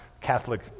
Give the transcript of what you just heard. Catholic